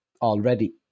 already